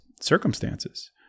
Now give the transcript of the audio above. circumstances